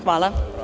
Hvala.